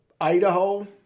Idaho